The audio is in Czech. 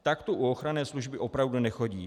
Tak to u ochranné služby opravdu nechodí.